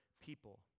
people